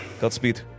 Godspeed